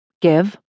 Give